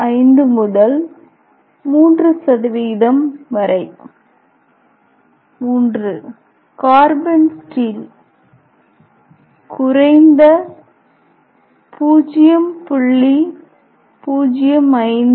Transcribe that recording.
5 முதல் 3 வரை iii carbon steel குறைந்த 0